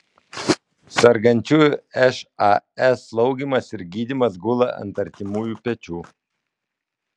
sergančiųjų šas slaugymas ir gydymas gula ant artimųjų pečių